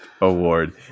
award